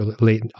late